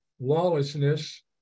lawlessness